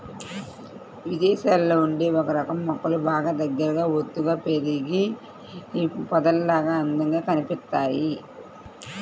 ఇదేశాల్లో ఉండే ఒకరకం మొక్కలు బాగా దగ్గరగా ఒత్తుగా పెరిగి పొదల్లాగా అందంగా కనిపిత్తయ్